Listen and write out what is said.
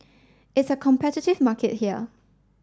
it's a competitive market here